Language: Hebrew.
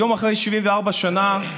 היום, אחרי 74 שנים,